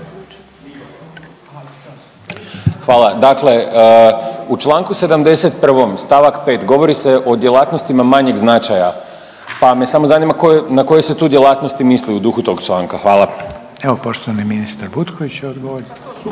Hvala. Dakle, u Članku 71. stavak 5. govori se o djelatnostima manjeg značaja pa me samo zanima na koje se tu djelatnosti misli u duhu tog članka? Hvala. **Reiner, Željko (HDZ)** Evo poštovani ministar Butković će odgovorit.